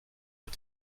hat